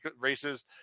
races